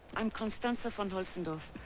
i'm constanza von holzendorf